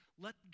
let